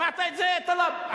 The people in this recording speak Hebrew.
שמעת את זה, טלב?